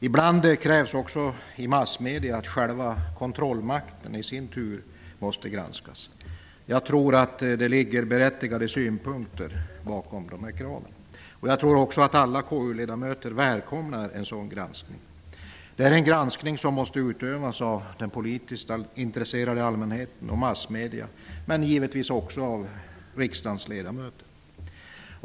Ibland krävs också i massmedierna att själva kontrollmakten i sin tur måste granskas. Jag tror att det finns berättigade synpunkter bakom dessa krav. Jag tror också att alla KU-ledamöter välkomnar en sådan granskning. Den måste utövas av den politiskt intresserade allmänheten och massmedierna, men givetvis också av riksdagens ledamöter.